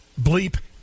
bleep